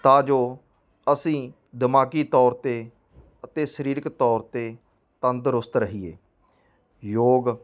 ਤਾਂ ਜੋ ਅਸੀਂ ਦਿਮਾਗੀ ਤੌਰ 'ਤੇ ਅਤੇ ਸਰੀਰਕ ਤੌਰ 'ਤੇ ਤੰਦਰੁਸਤ ਰਹੀਏ ਯੋਗ